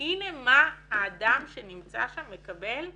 הנה מה האדם שנמצא שם מקבל שבועית.